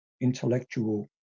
intellectual